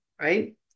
Right